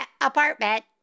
apartment